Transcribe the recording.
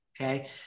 okay